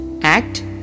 act